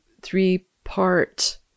three-part